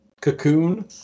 cocoon